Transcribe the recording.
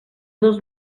dos